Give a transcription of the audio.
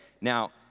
Now